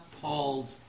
Paul's